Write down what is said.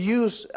use